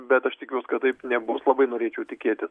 bet aš tikiuos kad taip nebus labai norėčiau tikėti